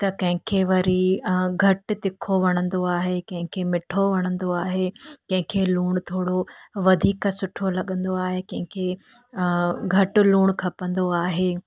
त कंहिंखे वरी घटि तिखो वणंदो आहे कंहिंखे मिठो वणंदो आहे कंहिंखे लूणु थोरो वधीक सुठो लॻंदो आहे कंहिंखे घटि लूणु खपंदो आहे